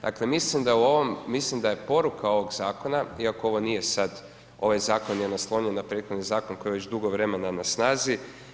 Dakle mislim da u ovom, mislim da je poruka ovog zakona, iako ovo nije sad, ovaj zakon je oslonjen na prethodni zakon koji je već dugo vremena na snazi.